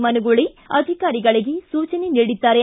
ಮನಗೂಳಿ ಅಧಿಕಾರಿಗಳಿಗೆ ಸೂಚನೆ ನೀಡಿದ್ದಾರೆ